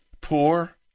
poor